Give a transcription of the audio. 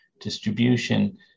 distribution